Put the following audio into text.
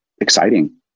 exciting